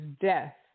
death